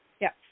Yes